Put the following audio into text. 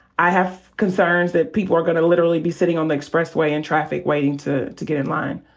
i have concerns that people are gonna literally be sitting on the expressway in traffic, waiting to to get in line.